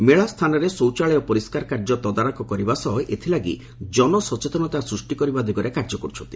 ମେଳା ସ୍ଥାନରେ ଶୌଚାଳୟ ପରିସ୍କାର କାର୍ଯ୍ୟ ତଦାରଖ କରିବା ସହ ଏଥିଲାଗି ଜନସଚେତନତା ସୃଷ୍ଟି କରିବା ଦିଗରେ କାର୍ଯ୍ୟ କରୁଛନ୍ତି